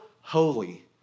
holy